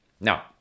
Now